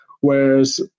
Whereas